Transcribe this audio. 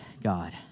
God